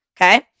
Okay